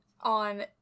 on